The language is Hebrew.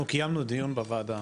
אנחנו קיימנו דיון בוועדה.